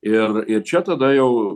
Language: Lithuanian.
ir ir čia tada jau